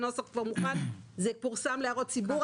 הנוסח כבר מוכן והוא פורסם להערות הציבור.